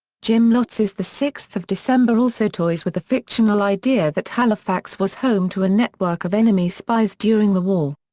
jim lotz's the sixth of december also toys with the fictional idea that halifax was home to a network of enemy spies during the war.